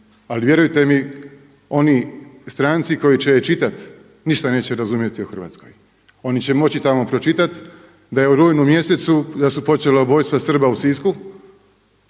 ali vjerujte mi oni stranci koji će je čitati ništa neće razumjeti o Hrvatskoj. Oni će moći tamo pročitati da je u rujnu mjesecu, da su počela ubojstva Srba u Sisku.